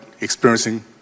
experiencing